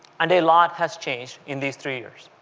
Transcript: and a lot has changed in these three years.